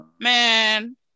man